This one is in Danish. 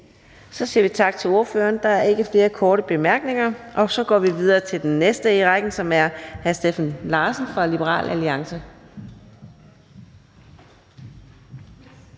Så siger vi tak til ordføreren. Der er ikke flere korte bemærkninger, og så går vi videre til den næste i ordførerrækken, som er hr. Peter Have fra Moderaterne.